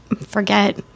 forget